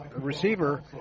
receiver